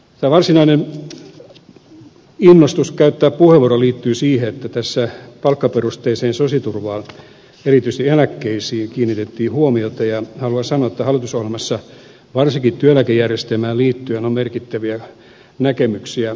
tämä varsinainen innostus käyttää puheenvuoro liittyy siihen että tässä palkkaperusteiseen sosiaaliturvaan erityisesti eläkkeisiin kiinnitettiin huomiota ja haluan sanoa että hallitusohjelmassa varsinkin työeläkejärjestelmään liittyen on merkittäviä näkemyksiä